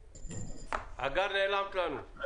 --- הגר, נעלמת לנו.